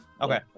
Okay